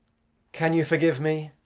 can you forgive me?